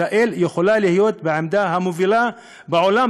ישראל יכולה להיות בעמדה המובילה בעולם